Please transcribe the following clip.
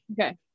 okay